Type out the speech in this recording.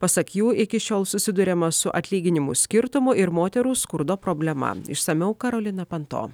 pasak jų iki šiol susiduriama su atlyginimų skirtumu ir moterų skurdo problema išsamiau karolina panto